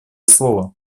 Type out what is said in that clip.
слово